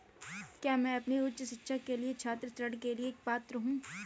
क्या मैं अपनी उच्च शिक्षा के लिए छात्र ऋण के लिए पात्र हूँ?